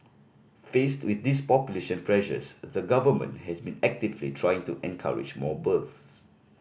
faced with these population pressures the Government has been actively trying to encourage more births